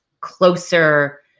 closer